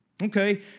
Okay